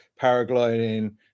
paragliding